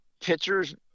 pitchers